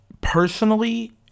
Personally